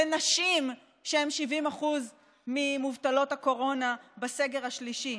לנשים שהן 70% ממובטלות הקורונה בסגר השלישי.